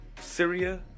Syria